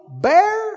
bear